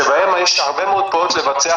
שבהן יש הרבה מאוד פעולות לבצע,